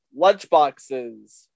lunchboxes